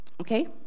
Okay